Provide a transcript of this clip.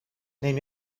neem